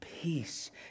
peace